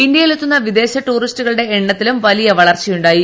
ഇന്ത്യയിലെത്തുന്ന വിദേശ ടൂറിസ്റ്റുകളുടെ എണ്ണത്തിലും വലിയ വളർച്ച ഉണ്ടായി